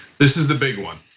this is the big one,